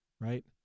right